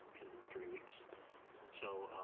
in three weeks so,